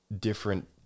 different